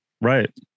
right